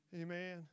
Amen